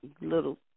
little